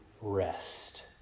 rest